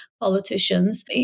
Politicians